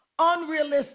Unrealistic